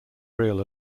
real